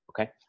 Okay